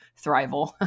thrival